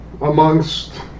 amongst